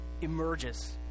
emerges